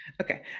Okay